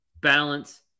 balance